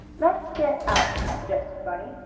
let's get out, suggested bunny,